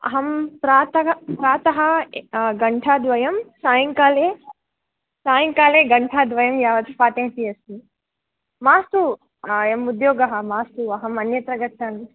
अहं प्रातः प्रातः घण्टाद्वयं सायङ्काले सायङ्काले घण्टाद्वयं यावत् पाठयन्ती अस्मि मास्तु अयमुद्योगः मास्तु अहमन्यत्र गच्छामि